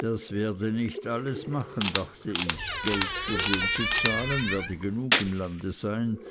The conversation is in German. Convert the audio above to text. das werde nicht alles machen dachte ich geld für den zu zahlen werde genug im lande sein